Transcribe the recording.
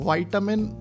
Vitamin